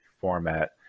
format